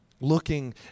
Looking